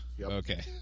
okay